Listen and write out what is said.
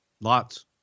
Lots